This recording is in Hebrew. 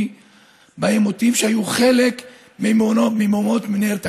בעימותים שהיו חלק ממהומות מנהרת הכותל.